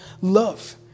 love